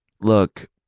Look